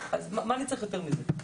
אז מה אני צריך יותר מזה?